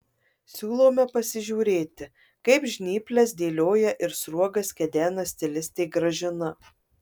siūlome pasižiūrėti kaip žnyples dėlioja ir sruogas kedena stilistė gražina